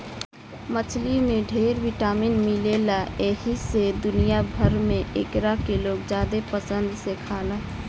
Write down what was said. मछली में ढेर विटामिन मिलेला एही से दुनिया भर में एकरा के लोग ज्यादे पसंद से खाला